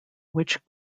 which